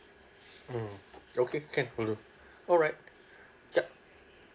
hmm okay can will do alright yup